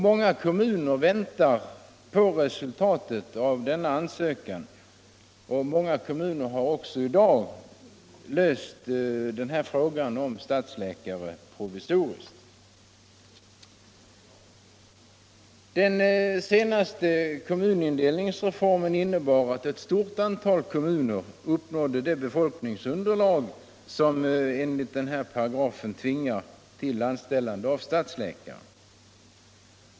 Många kommuner väntar på resultatet av denna ansökan, och i många kommuner har man i dag löst stadsläkarproblemet provisoriskt. Den senaste kommunindelningsreformen innebar att ett stort antal kommuner uppnådde det befolkningsunderlag som enligt den här nämnda paragrafen tvingar till anställande av stadsläkare.